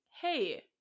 hey